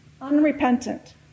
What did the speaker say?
unrepentant